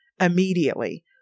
immediately